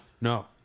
No